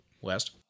west